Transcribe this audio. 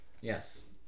Yes